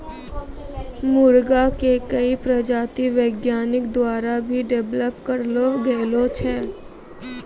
मुर्गा के कई प्रजाति वैज्ञानिक द्वारा भी डेवलप करलो गेलो छै